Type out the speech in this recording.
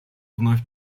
вновь